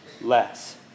less